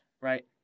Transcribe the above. right